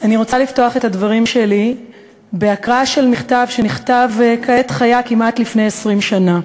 אני רוצה לפתוח את הדברים שלי בהקראה של מכתב שנכתב כמעט לפני 20 שנה: